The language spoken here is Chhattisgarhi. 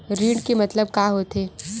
ऋण के मतलब का होथे?